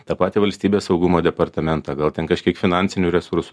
tą patį valstybės saugumo departamentą gal ten kažkiek finansinių resursų